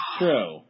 true